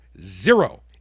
Zero